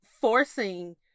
forcing